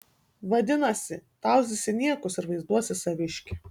vadinasi tauzysi niekus ir vaizduosi saviškį